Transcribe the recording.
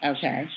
Okay